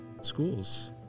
schools